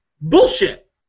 bullshit